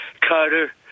Carter